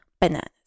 Bananas